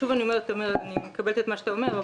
אני מקבלת את מה שאתה אומר.